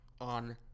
on